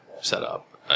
setup